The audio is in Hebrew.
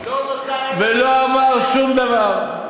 ולא עבר שום דבר.